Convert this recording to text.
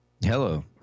Hello